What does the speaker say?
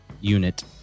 unit